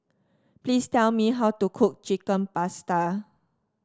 please tell me how to cook Chicken Pasta